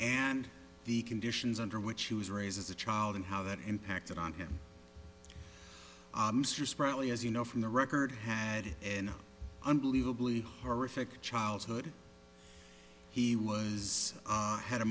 and the conditions under which he was raised as a child and how that impacted on him probably as you know from the record had an unbelievably horrific childhood he was had a